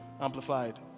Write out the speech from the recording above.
amplified